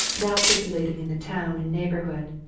now circulating in the town and neighbourhood,